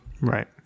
Right